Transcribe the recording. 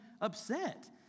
upset